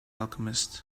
alchemist